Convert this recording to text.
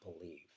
believe